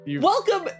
Welcome